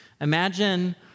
Imagine